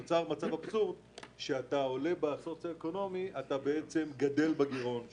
נוצר מצב אבסורדי שכשאתה עולה בסוציואקונומי אתה גדל בגירעון שלך.